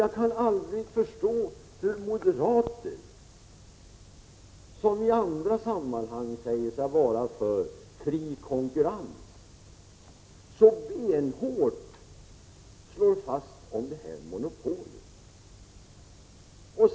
Jag kan aldrig förstå hur moderater, som i andra sammanhang säger sig vara för fri konkurrens, så benhårt vill slå vakt om detta monopol.